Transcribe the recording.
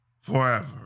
forever